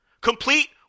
complete